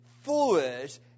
foolish